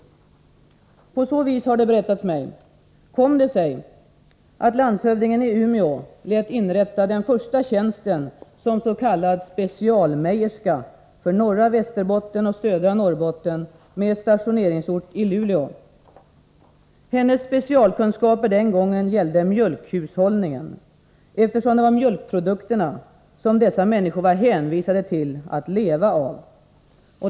På så vis— har det berättats mig — kom det sig att landshövdingen i Umeå lät inrätta den första tjänsten som s.k. specialmejerska för norra Västerbotten och södra Norrbotten med stationeringsort i Luleå. Hennes specialkunskaper den gången gällde mjölkhushållningen, eftersom det var mjölkprodukterna som dessa människor var hänvisade till att leva av.